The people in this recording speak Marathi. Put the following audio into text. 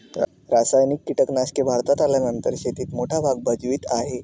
रासायनिक कीटनाशके भारतात आल्यानंतर शेतीत मोठा भाग भजवीत आहे